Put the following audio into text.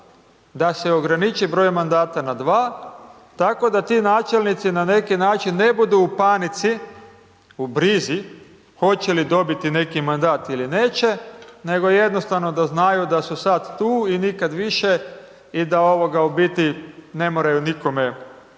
da se ograniči broj mandata na dva, tako da ti načelnici na neki način ne budu u panici, u brizi, hoće li dobiti neki mandat ili neće, nego jednostavno da znaju da su sad tu i nikad više i da u biti ne moraju nikome biti